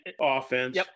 offense